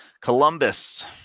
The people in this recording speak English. Columbus